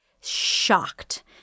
shocked